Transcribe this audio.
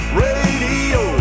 radio